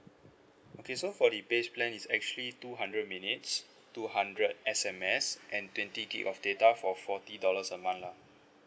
okay so for the base plan is actually two hundred minutes two hundred S_M_S and twenty gig of data for forty dollars a month lah